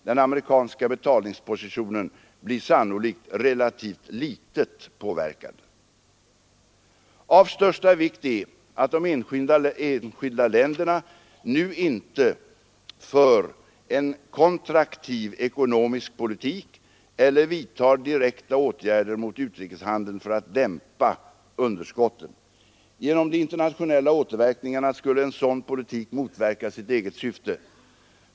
Den amerikanska betalningspositionen blir sannolikt relativt litet påverkad. Av största vikt är att de enskilda länderna nu inte för en kontraktiv ekonomisk politik eller vidtar direkta åtgärder mot utrikeshandeln för att dämpa underskotten. Genom de internationella återverkningarna skulle en sådan politik motverka sitt eget syfte.